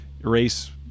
race